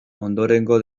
ondorengo